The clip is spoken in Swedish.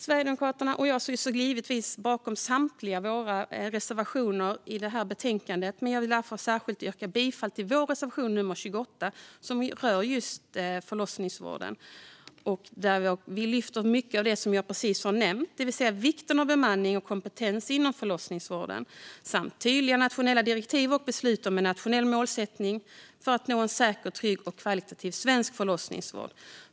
Sverigedemokraterna och jag står givetvis bakom samtliga våra reservationer i detta betänkande, men jag vill särskilt yrka bifall till vår reservation nummer 28, som rör just förlossningsvården och där vi lyfter mycket av det jag precis har nämnt: vikten av bemanning och kompetens inom förlossningsvården samt tydliga nationella direktiv och beslut om en nationell målsättning för att nå en säker, trygg och högkvalitativ svensk förlossningsvård.